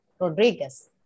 rodriguez